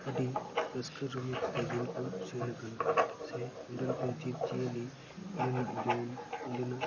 ᱟᱹᱰᱤ ᱨᱟᱹᱥᱠᱟᱹ ᱨᱚᱢᱚᱡᱽ ᱛᱮ ᱫᱤᱱ ᱠᱚ ᱥᱮᱱ ᱠᱟᱱᱟ ᱥᱮ ᱚᱸᱰᱮᱱ ᱠᱚ ᱡᱤᱵᱽ ᱡᱤᱭᱟᱹᱞᱤ ᱚᱸᱰᱮᱱᱟᱜ ᱡᱚᱢ ᱚᱸᱰᱮᱱᱟᱜ